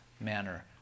manner